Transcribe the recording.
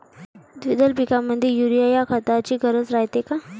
द्विदल पिकामंदी युरीया या खताची गरज रायते का?